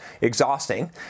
exhausting